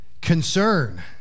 Concern